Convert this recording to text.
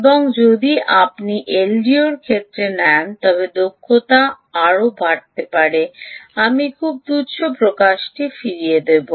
এবং যদি আপনি এলডিওর ক্ষেত্রে নেন তবে দক্ষতা আবারও হতে পারে আমি খুব তুচ্ছ প্রকাশটি ফিরিয়ে দেব